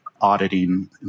auditing